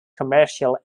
commercial